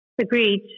Agreed